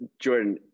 Jordan